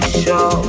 show